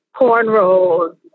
cornrows